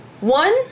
one